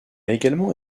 également